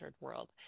world